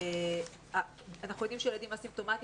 אנחנו שילדים א-סימפטומטיים,